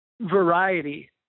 variety